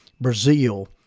Brazil